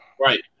right